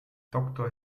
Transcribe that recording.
doktor